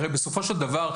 הרי בסופו של דבר,